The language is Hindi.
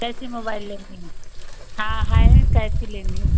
कैसी मोबाइल लेनी है हाँ है कैसी लेनी